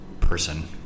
person